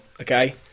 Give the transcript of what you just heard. okay